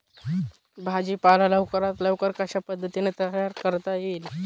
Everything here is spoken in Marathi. भाजी पाला लवकरात लवकर कशा पद्धतीने तयार करता येईल?